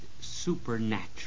supernatural